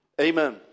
Amen